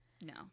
No